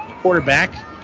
quarterback